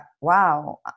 wow